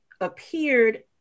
appeared